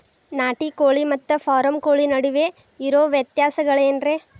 ನಾಟಿ ಕೋಳಿ ಮತ್ತ ಫಾರಂ ಕೋಳಿ ನಡುವೆ ಇರೋ ವ್ಯತ್ಯಾಸಗಳೇನರೇ?